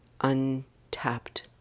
untapped